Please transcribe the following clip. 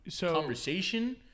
conversation